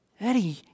Eddie